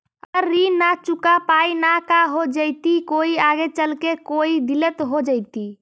अगर ऋण न चुका पाई न का हो जयती, कोई आगे चलकर कोई दिलत हो जयती?